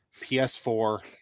PS4